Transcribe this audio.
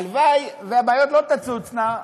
הלוואי שהבעיות לא תצוצנה,